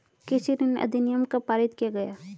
कृषि ऋण अधिनियम कब पारित किया गया?